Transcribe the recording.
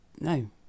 no